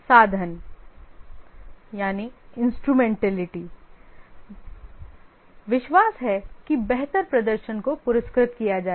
साधन विश्वास है कि बेहतर प्रदर्शन को पुरस्कृत किया जाएगा